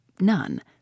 None